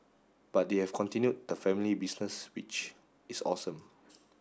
but they have continued the family business which is awesome